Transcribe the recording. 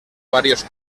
varios